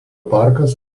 parkas